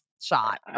shot